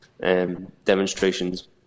demonstrations